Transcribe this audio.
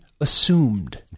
assumed